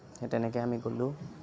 সেই তেনেকেই আমি গ'লোঁ